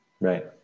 right